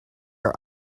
are